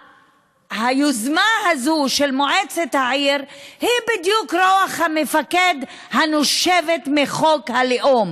היוזמה הזאת של מועצת העיר היא בדיוק רוח המפקד הנושבת מחוק הלאום.